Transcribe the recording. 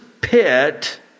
pit